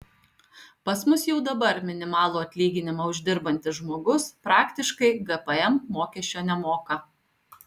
pas mus jau dabar minimalų atlyginimą uždirbantis žmogus praktiškai gpm mokesčio nemoka